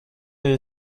you